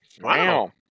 Wow